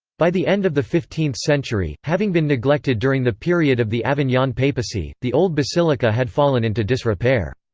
by the end of the fifteenth century, having been neglected during the period of the avignon papacy, the old basilica had fallen into disrepair.